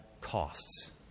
costs